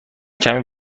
کمی